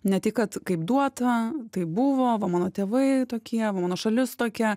ne tik kad kaip duota taip buvo va mano tėvai tokie mano šalis tokia